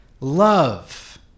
love